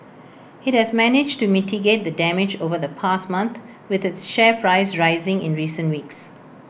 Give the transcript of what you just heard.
IT has managed to mitigate the damage over the past month with its share price rising in recent weeks